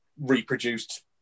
reproduced